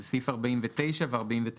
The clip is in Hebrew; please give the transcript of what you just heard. זה סעיף 49 ו-49א.